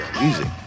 music